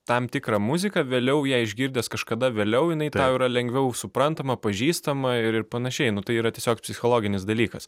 tam tikrą muziką vėliau ją išgirdęs kažkada vėliau jinai tau yra lengviau suprantama pažįstama ir panašiai nu tai yra tiesiog psichologinis dalykas